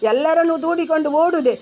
ಎಲ್ಲರನ್ನೂ ದೂಡಿಕೊಂಡು ಓಡಿದೆ